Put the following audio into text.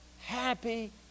happy